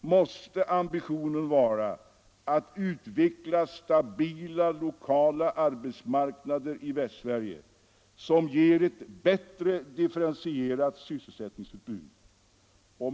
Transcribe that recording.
måste ambitionen vara att utveckla stabila lokala arbetsmarknader i Västsverige, som ger ett bättre differentierat sysselsättningsutbud.